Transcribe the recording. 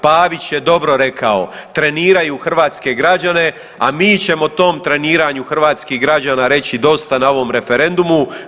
Pavić je dobro rekao, treniraju hrvatske građane, a mi ćemo tom treniranju hrvatskih građana reći dosta na ovom referendumu.